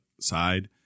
side